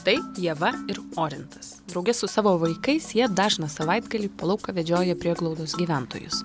tai ieva ir orintas drauge su savo vaikais jie dažną savaitgalį po lauką vedžioja prieglaudos gyventojus